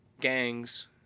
gangs